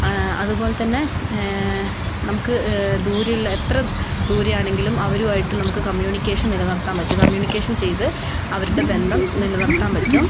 അതുപോലെത്തന്നെ നമുക്ക് ദൂരെ ഉള്ള എത്ര ദൂരെയാണെങ്കിലും അവരും ആയിട്ട് നമുക്ക് കമ്മ്യൂണിക്കേഷൻ നിലനിർത്താൻ പറ്റും കമ്മ്യൂണിക്കേഷൻ ചെയ്ത് അവരുടെ ബന്ധം നിലനിർത്താൻ പറ്റും